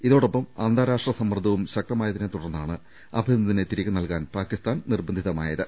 ഇതോടൊപ്പം അന്താരാഷ്ട്ര സമ്മർദ്ദവും ശക്തമായതിനെ തുടർന്നാണ് അഭിനന്ദിനെ തിരികെ നൽകാൻ പാകിസ്ഥാൻ നിർബന്ധിതമായത്